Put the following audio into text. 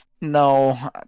no